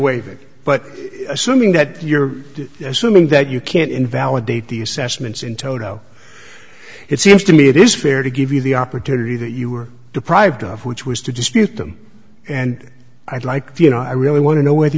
it but assuming that you're assuming that you can't invalidate the assessments in toto it seems to me it is fair to give you the opportunity that you were deprived of which was to dispute them and i'd like you know i really want to know whether